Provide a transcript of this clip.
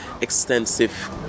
extensive